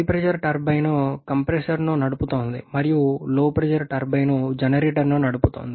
HP turbine కంప్రెసర్ను నడుపుతోంది మరియు LP టర్బైన్ జనరేటర్ను నడుపుతోంది